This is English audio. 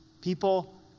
People